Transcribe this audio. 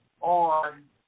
on